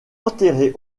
enterré